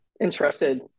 interested